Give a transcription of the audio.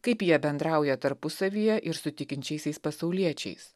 kaip jie bendrauja tarpusavyje ir su tikinčiaisiais pasauliečiais